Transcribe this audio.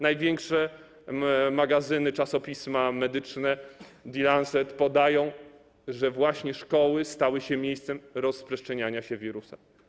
Największe magazyny, czasopisma medyczne, m.in. „The Lancet”, podają, że właśnie szkoły stały się miejscem rozprzestrzeniania się wirusa.